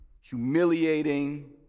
humiliating